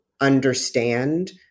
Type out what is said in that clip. understand